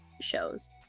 shows